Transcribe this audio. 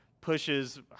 pushes